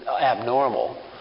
abnormal